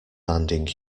landing